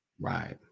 Right